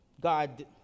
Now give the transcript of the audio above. god